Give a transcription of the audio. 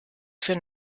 für